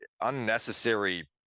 unnecessary